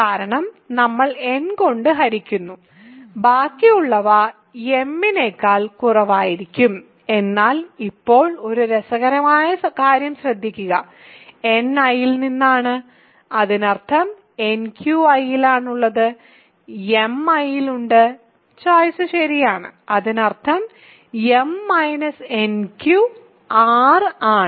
കാരണം നമ്മൾ n കൊണ്ട് ഹരിക്കുന്നു ബാക്കിയുള്ളവ m നേക്കാൾ കുറവായിരിക്കും എന്നാൽ ഇപ്പോൾ ഒരു രസകരമായ കാര്യം ശ്രദ്ധിക്കുക n I യിൽ നിന്നാണ് അതിനർത്ഥം nq I ലാണുള്ളത് m I ലുണ്ട് ചോയിസ് ശരിയാണ് അതിനർത്ഥം m - nq r ആണ്